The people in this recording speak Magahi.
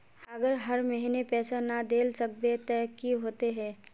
अगर हर महीने पैसा ना देल सकबे ते की होते है?